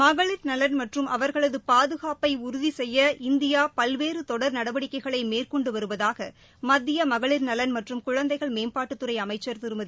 மகளிர்நலன் மற்றும் அவர்களது பாதுகாப்பை உறுதி செய்ய இந்தியா பல்வேறு தொடர் நடவடிக்கைகளை மேற்கொண்டு வருவதாக மத்திய மகளிர் நலன் மற்றும் குழந்தைகள் மேம்பாட்டுத்துறை அமைச்சர் திருமதி